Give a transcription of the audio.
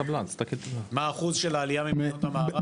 מה האחוז של העלייה ממדינות המערב.